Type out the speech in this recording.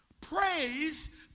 Praise